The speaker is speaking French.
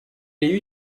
est